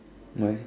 why